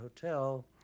Hotel